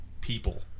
people